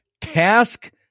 task